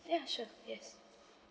ya sure yes